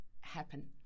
happen